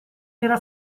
era